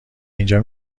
اینجا